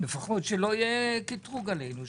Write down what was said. לפחות שלא יהיה קטרוג עלינו,